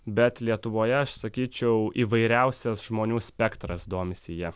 bet lietuvoje aš sakyčiau įvairiausias žmonių spektras domisi ja